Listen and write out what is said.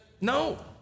No